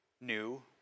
new